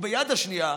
וביד השנייה,